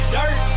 Dirt